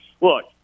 look